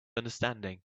understanding